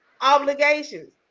obligations